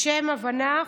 לשם הבנה,